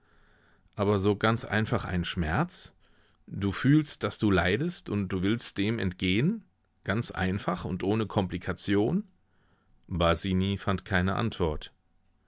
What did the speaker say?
aber so ganz einfach ein schmerz du fühlst daß du leidest und du willst dem entgehen ganz einfach und ohne komplikation basini fand keine antwort